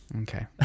Okay